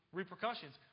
repercussions